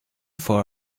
for